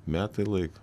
metai laiko